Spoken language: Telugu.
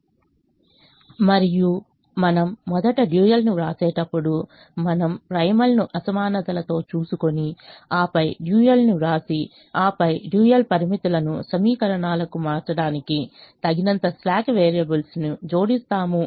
మరియు మనం కూడా అర్థం చేసుకోవాలి మనం మొదట డ్యూయల్ ను వ్రాసేటప్పుడు మనం ప్రైమల్ ను అసమానతలతో చూసుకొని ఆపై డ్యూయల్ను వ్రాసి ఆపై డ్యూయల్ పరిమితులను సమీకరణాలకు మార్చడానికి తగినంత స్లాక్ వేరియబుల్స్ను జోడిస్తాము